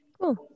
Cool